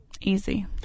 Easy